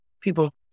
people